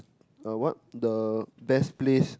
uh what the best place